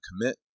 commit